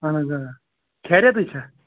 اَہَن حظ آ خیرتٕے چھا